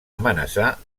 amenaçar